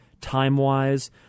time-wise